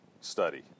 study